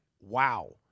wow